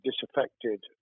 disaffected